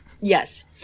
Yes